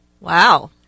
Wow